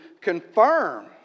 confirm